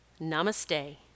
namaste